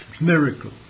Miracle